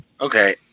okay